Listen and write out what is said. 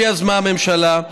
שיזמה הממשלה,